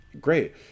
great